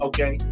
Okay